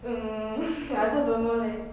um I also don't know leh